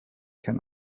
can